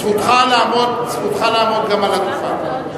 זכותך לעמוד גם על הדוכן.